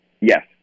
Yes